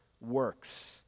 works